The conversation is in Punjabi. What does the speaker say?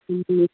ਹਮ